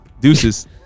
deuces